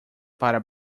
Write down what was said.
para